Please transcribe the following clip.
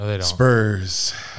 Spurs